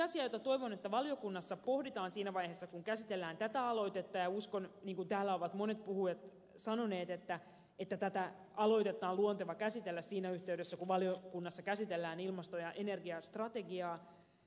yhtä asiaa toivon valiokunnassa pohdittavan siinä vaiheessa kun käsitellään tätä aloitetta ja uskon niin kuin täällä ovat monet puhujat sanoneet että tätä aloitetta on luonteva käsitellä siinä yhteydessä kun valiokunnassa käsitellään ilmasto ja energiastrategiaa